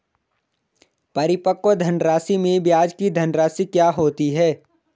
परिपक्व धनराशि में ब्याज की धनराशि क्या होती है?